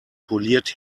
poliert